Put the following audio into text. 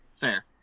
fair